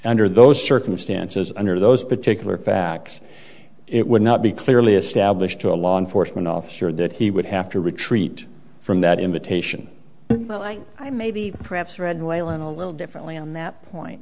under those circumstances under those particular facts it would not be clearly established to a law enforcement officer that he would have to retreat from that invitation like i maybe perhaps read while in a little differently on that point